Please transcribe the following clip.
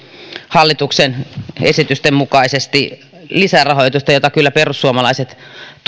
hallituksen esitysten mukaisesti lisärahoitusta jota kyllä perussuomalaiset